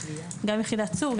גם יחידת צור,